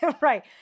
right